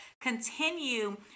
Continue